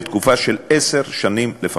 לתקופה של עשר שנים לפחות.